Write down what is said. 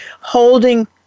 holding